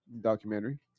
documentary